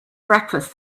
breakfast